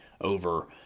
over